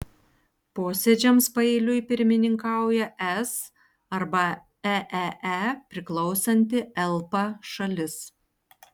posėdžiams paeiliui pirmininkauja es arba eee priklausanti elpa šalis